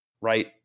right